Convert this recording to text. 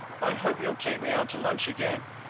i hope you'll take me out to lunch again!